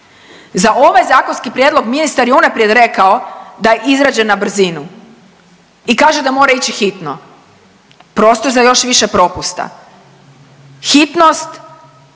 Za ovaj zakonski prijedlog ministar je unaprijed rekao da je izrađen na brzinu i kaže da mora ići hitno. Prostor za još više propusta. Hitnost